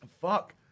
Fuck